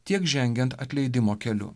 tiek žengiant atleidimo keliu